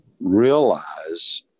realize